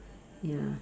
ya